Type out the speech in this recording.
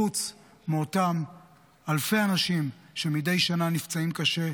חוץ מאותם אלפי אנשים שמדי שנה נפצעים קשה,